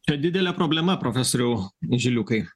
čia didelė problema profesoriau žiliukai